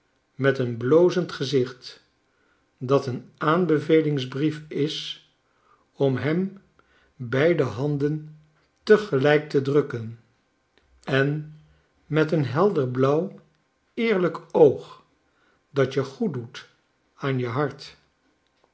met een blozend gezicht dat een aanbevelingsbrief is om hem beide handen tegelijk te drukken en met een helder blauw eerlijk oog dat je goeddoet aan je hart